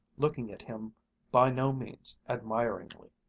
looking at him by no means admiringly.